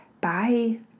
bye